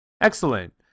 Excellent